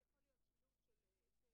זה לב העניין